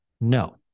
No